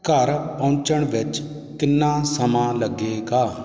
ਘਰ ਪਹੁੰਚਣ ਵਿੱਚ ਕਿੰਨਾ ਸਮਾਂ ਲੱਗੇਗਾ